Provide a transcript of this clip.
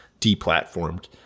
deplatformed